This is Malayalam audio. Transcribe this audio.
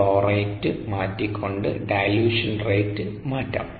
ഫ്ലോ റേറ്റ് മാറ്റിക്കൊണ്ട് ഡൈലൂഷൻ റേറ്റ് മാറ്റാം